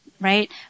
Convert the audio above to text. right